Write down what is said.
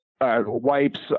wipes